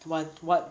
to want [what]